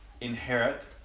inherit